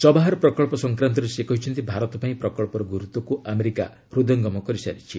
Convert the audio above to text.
ଚବାହର ପ୍ରକଳ୍ପ ସଂକ୍ରାନ୍ତରେ ସେ କହିଛନ୍ତି ଭାରତ ପାଇଁ ପ୍ରକଚ୍ଚର ଗୁରୁତ୍ୱକୁ ଆମେରିକା ହୃଦୟଙ୍ଗମ କରିସାରିଛି